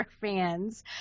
fans